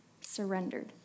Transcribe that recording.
surrendered